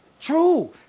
true